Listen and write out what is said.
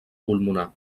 pulmonar